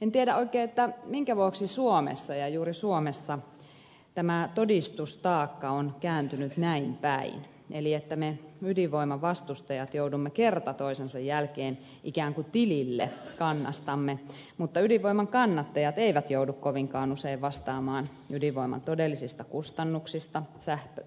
en tiedä oikein minkä vuoksi suomessa ja juuri suomessa tämä todistustaakka on kääntynyt näinpäin eli me ydinvoiman vastustajat joudumme kerta toisensa jälkeen ikään kuin tilille kannastamme mutta ydinvoiman kannattajat eivät joudu kovinkaan usein vastaamaan ydinvoiman todellisista kustannuksista